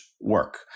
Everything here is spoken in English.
work